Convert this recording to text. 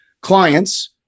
clients